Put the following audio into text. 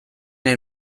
nahi